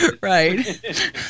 right